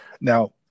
now